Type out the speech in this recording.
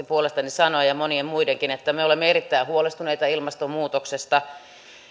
puolestani sanoa ja monien muidenkin että me olemme erittäin huolestuneita ilmastonmuutoksesta